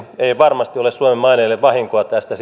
ei varmasti ole suomen maineelle vahinkoa tästä